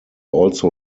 also